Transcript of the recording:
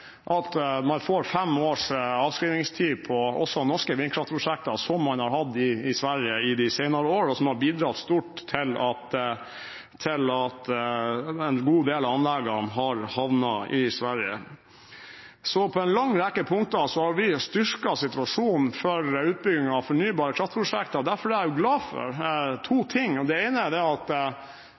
at man får fem års avskrivingstid også på norske vindkraftprosjekter, som man har hatt i Sverige i de senere år, og som har bidratt stort til at en god del av anleggene har havnet i Sverige. På en lang rekke punkter har vi styrket situasjonen for utbygging av fornybar kraft-prosjekter, og derfor er det to ting jeg er glad for. Det ene er at det fortsatt er sånn at